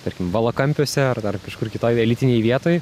tarkim valakampiuose ar dar kažkur kitoj elitinėj vietoj